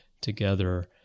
together